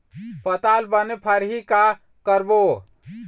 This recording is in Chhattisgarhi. पताल बने फरही का करबो?